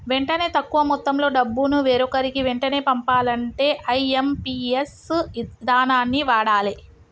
వెంటనే తక్కువ మొత్తంలో డబ్బును వేరొకరికి వెంటనే పంపాలంటే ఐ.ఎమ్.పి.ఎస్ ఇదానాన్ని వాడాలే